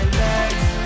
legs